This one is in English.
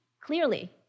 clearly